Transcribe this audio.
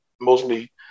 mostly